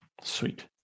Sweet